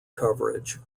coverage